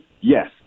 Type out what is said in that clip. Yes